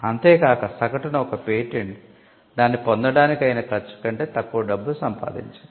అంతే కాక సగటున ఒక పేటెంట్ దాన్ని పొందడానికి అయిన ఖర్చు కంటే తక్కువ డబ్బు సంపాదించింది